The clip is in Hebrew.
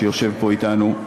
שיושב פה אתנו,